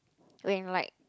when like